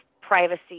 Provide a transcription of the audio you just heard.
privacy